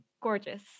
gorgeous